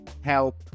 help